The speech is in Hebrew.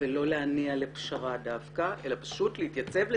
ולא להניע לפשרה דווקא אלא פשוט להתייצב לצדה.